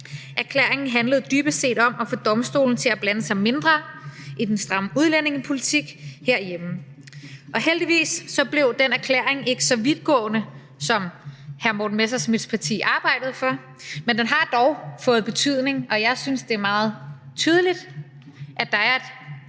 Erklæringen handlede dybest set om at få domstolene til at blande sig mindre i den stramme udlændingepolitik herhjemme. Heldigvis blev den erklæring ikke så vidtgående, som hr. Morten Messerschmidts parti arbejdede for, men den har dog fået betydning, og jeg synes, det er meget tydeligt, at der,